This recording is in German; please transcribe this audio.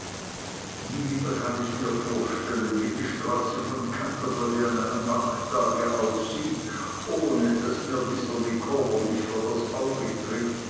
nie wieder kann ich mir vorstellen wie die straße von canterbury an einem markttage aussieht ohne daß mir mr micawber nicht vor das auge tritt